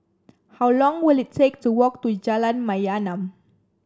how long will it take to walk to Jalan Mayaanam